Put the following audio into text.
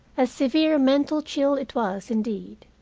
a severe mental chill it was, indeed.